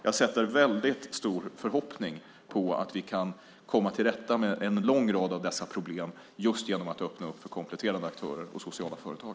Jag sätter väldigt stor förhoppning till att vi ska komma till rätta med en lång rad av dessa problem just genom att öppna för kompletterande aktörer och sociala företag.